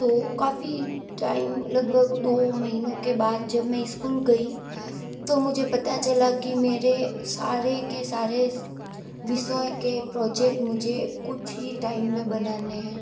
तो काफ़ी टाइम लगभग दो महीनों के बाद जब मैं स्कूल गई तो मुझे पता चला कि मेरे सारे के सारे विषय के प्रोजेक्ट मुझे कुछ ही टाइम में बनाने हैं